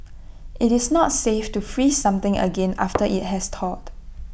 IT is not safe to freeze something again after IT has thawed